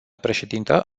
președintă